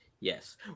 Yes